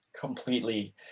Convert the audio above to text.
completely